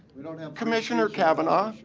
commissioner cavanaugh,